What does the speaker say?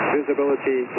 Visibility